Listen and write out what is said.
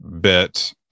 bit